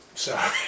Sorry